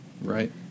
right